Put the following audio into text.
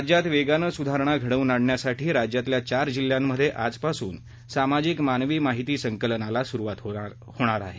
राज्यात वेगानं सुधारणा घडवून आणण्यासाठी राज्यातल्या चार जिल्ह्यांमध्ये आजपासून सामाजिक मानवी माहिती संकलनाला सुरुवात होणार आहे